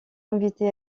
invités